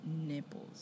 nipples